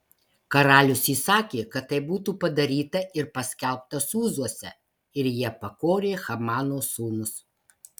karalius įsakė kad tai būtų padaryta ir paskelbta sūzuose ir jie pakorė hamano sūnus